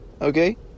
Okay